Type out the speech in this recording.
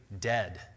dead